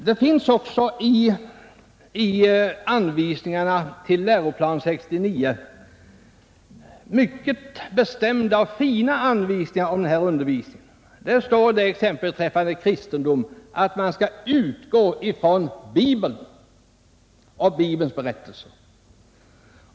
Det finns också i Läroplan 69 mycket bestämda och fina anvisningar om denna undervisning. Där står t.ex. beträffande kristendomsundervisningen, att man skall utgå från Bibeln och Bibelns berättelser.